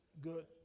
good